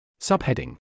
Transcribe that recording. Subheading